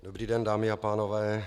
Dobrý den, dámy a pánové.